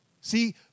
See